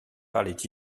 parlait